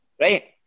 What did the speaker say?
right